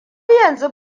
yanzu